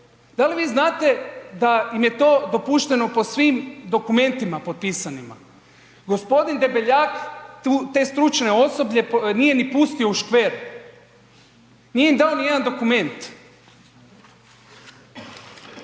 Da li vi znate da im je to dopušteno po svim dokumentima potpisanima? G. Debeljak te stručne osobe nije ni pustio u škver. Nije im dao nijedan dokument.